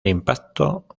impacto